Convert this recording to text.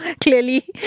clearly